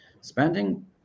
spending